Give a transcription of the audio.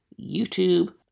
YouTube